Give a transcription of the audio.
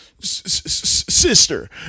sister